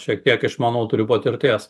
šiek tiek išmanau turiu patirties